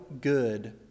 good